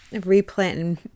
replanting